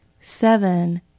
Seven